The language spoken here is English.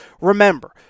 Remember